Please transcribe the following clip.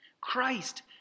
Christ